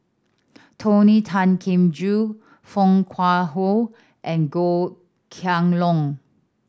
Tony Tan Keng Joo Foo Kwee Horng and Goh Kheng Long